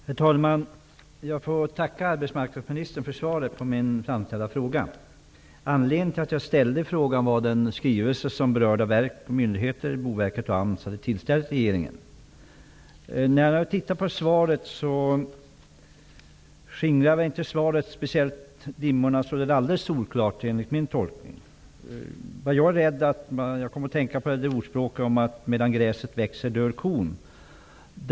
Herr talman! Jag får tacka arbetsmarknadsministern för svaret på min fråga. Anledningen till att jag ställde frågan var den skrivelse som berörda verk och myndigheter, Svaret skingrade inte dimmorna så alldeles solklart enligt min tolkning. Jag kom att tänka på ordspråket att medan gräset växer dör kon.